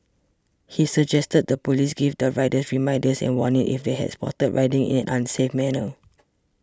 he suggested the police give these riders reminders and warnings if they are spotted riding in an unsafe manner